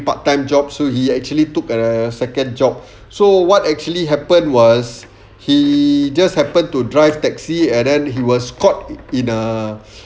part time job so he actually took a second job so what actually happened was he just happened to drive taxi and then he was caught in a